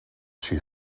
she